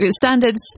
Standards